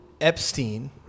Epstein